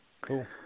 Cool